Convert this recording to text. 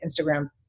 Instagram